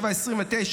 19:29,